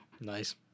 Nice